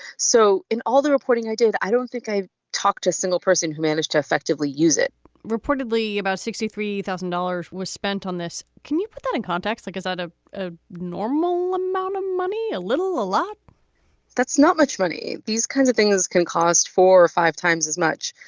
so in all the reporting i did, i don't think i've talked to a single person who managed to effectively use it reportedly about sixty three thousand dollars were spent on this. can you put that in context? because out of a normal amount of money, a little. a lot that's not much money. these kinds of things can cost four or five times as much.